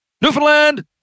Newfoundland